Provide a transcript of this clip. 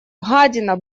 гадина